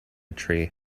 tree